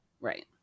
Right